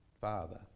father